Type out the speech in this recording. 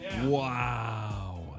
Wow